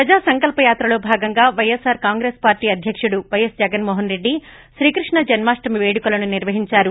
ప్రజా సంకల్పయాత్రలో భాగంగా వైఎస్పార్ కాంగ్రెస్ పార్టీ అధ్యకుడు వైఎస్ జగన్మోహన్ రెడ్డి శ్రీకృష్ణ జన్మాష్టమి పేడుకలను నిర్వహించారు